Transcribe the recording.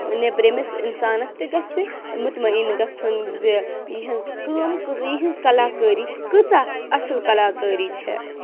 نیٚبرِمِس اِنسانَس تہِ گژھِ مُطمعیٖن گژھُن زِ یِہٕنٛز کٲم یِہٕنٛز کَلاکٲری کۭژاہ اَصٕل کَلاکٲری چھےٚ